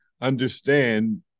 understand